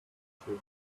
tissue